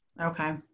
Okay